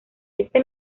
este